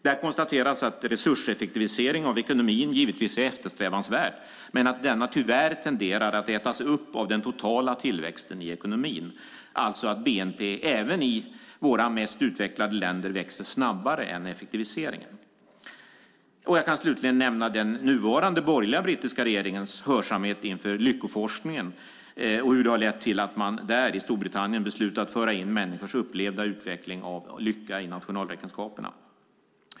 Där konstateras att resurseffektivisering av ekonomin givetvis är eftersträvansvärt men att denna tyvärr tenderar att ätas upp av den totala tillväxten i ekonomin, alltså att bnp även i våra mest utvecklade länder växer snabbare än effektiviseringen. Slutligen kan jag nämna den nuvarande borgerliga brittiska regeringens hörsamhet inför lyckoforskningen och hur det har lett till att man i Storbritannien beslutat att föra in människors upplevda utveckling av lycka i nationalräkenskaperna.